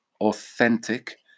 authentic